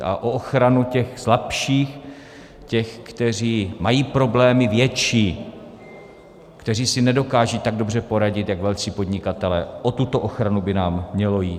A o ochranu těch slabších, těch, kteří mají problémy větší, kteří si nedokážou tak dobře poradit jak velcí podnikatelé, o tuto ochranu by nám mělo jít.